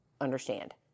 understand